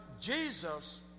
Jesus